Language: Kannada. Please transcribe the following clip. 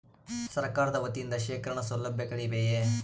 ಸರಕಾರದ ವತಿಯಿಂದ ಶೇಖರಣ ಸೌಲಭ್ಯಗಳಿವೆಯೇ?